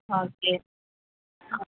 okay ஆ